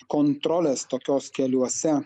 kontrolės tokios keliuose